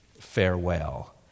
farewell